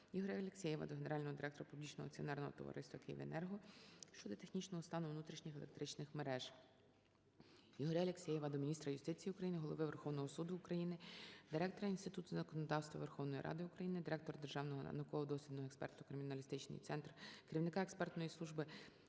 Ігоря Алексєєва до Генерального директора Публічного акціонерного товариства "Київенерго" щодо технічного стану внутрішніх електричних мереж. Ігоря Алексєєва до міністра юстиції України, Голови Верховного Суду України, Директора Інституту законодавства Верховної Ради України, Директора Державного науково-дослідного експертно-криміналістичний центру - керівникаЕкспертной служби